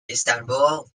istanbul